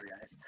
guys